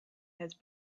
has